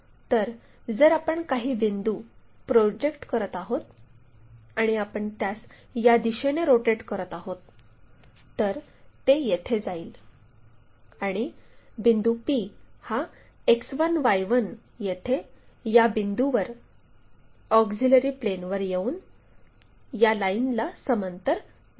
तर जर आपण काही बिंदू प्रोजेक्ट करत आहोत आणि आपण त्यास या दिशेने रोटेट करत आहोत तर ते येथे जाईल आणि बिंदू p हा X1 Y1 येथे या बिंदूवर ऑक्झिलिअरी प्लेनवर येऊन या लाईनला समांतर जाईल